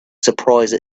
surprised